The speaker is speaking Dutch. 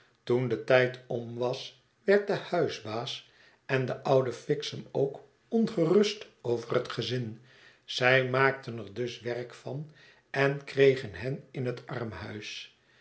toen de tijd om was werd de huisbaas en de oude fixem ook ongerust over het gezin zij maakten er dus werk van en kregen hen in het armhuis